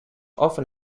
often